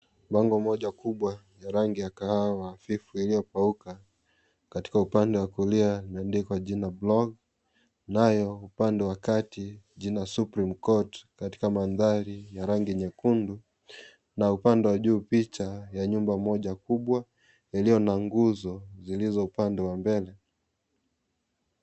Bango moja kubwa la rangi ya kahawa hafifu iliyokauka. Katika upande wa kuia limeandikwa jina blog nayo upande wa kati jina supreme court katika mandari ya rangi nyekundu na upande wa juu picha ya nyumba moja kubwa yaliyo na nguzo zilizo upande wa mbele.